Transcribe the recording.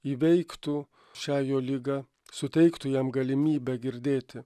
įveiktų šią jo ligą suteiktų jam galimybę girdėti